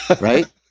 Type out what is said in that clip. right